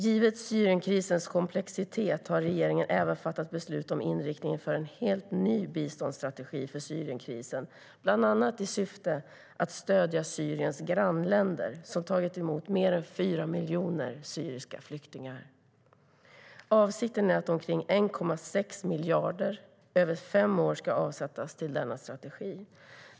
Givet Syrienkrisens komplexitet har regeringen även fattat beslut om inriktningen för en helt ny biståndsstrategi för Syrienkrisen, bland annat i syfte att stödja Syriens grannländer, som tagit emot mer än 4 miljoner syriska flyktingar. Avsikten är att omkring 1,6 miljarder kronor över fem år ska avsättas till denna strategi.